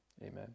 amen